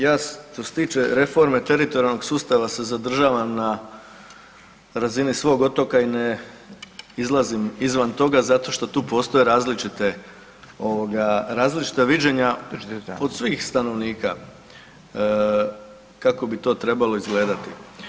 Ja što se tiče reforme teritorijalnog sustava se zadržavam na razini svog otoka i ne izlazim izvan toga zato što tu postoje različita viđenja kod svih stanovnika kako bi to trebalo izgledati.